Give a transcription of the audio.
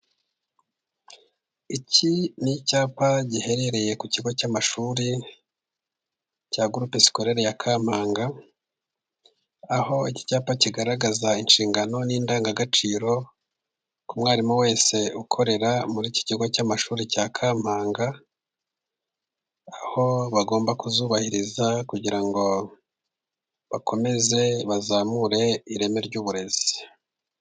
Iki ni icyapa giherereye ku kigo cy'amashuri cya gurupe sikolere ya Kampanga, aho iki cyapa kigaragaza inshingano n'indangagaciro ku mwarimu wese ukorera muri iki kigo cy'amashuri cya Kampanga. Aho bagomba kuzubahiriza kugira ngo bakomeze bazamure ireme ry'uburezi.